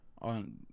on